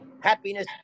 happiness